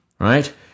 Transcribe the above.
right